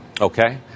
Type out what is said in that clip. Okay